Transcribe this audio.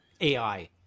AI